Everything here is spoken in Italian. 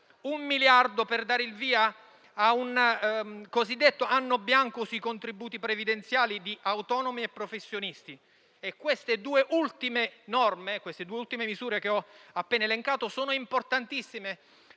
Un miliardo per dare il via al cosiddetto anno bianco sui contributi previdenziali di autonomi e professionisti. Queste due ultime misure, che ho appena elencato, sono importantissime